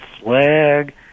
flag